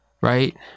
right